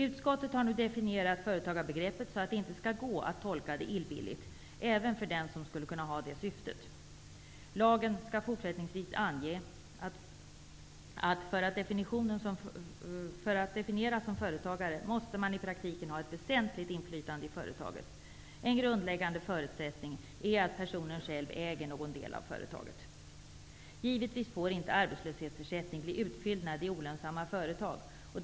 Utskottet har nu definierat företagarbegreppet så att det inte skall gå att tolka det illvilligt ens av den som skulle kunna ha det syftet. Lagen skall fortsättningsvis ange att för att definieras som företagare måste man i praktiken ha ett väsentligt inflytande i företaget. En grundläggande förutsättning är att personen själv äger någon del av företaget. Givetvis får inte arbetslöshetsersättning bli utfyllnad i olönsamma företag.